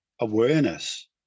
awareness